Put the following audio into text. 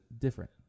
different